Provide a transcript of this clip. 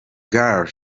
gaal